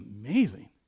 amazing